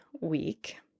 Week